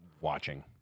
watching